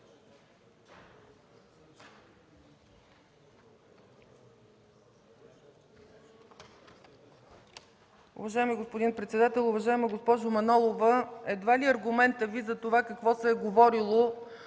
Уважаеми господин председател! Уважаема госпожо Манолова, едва ли аргументът Ви за това какво се е говорило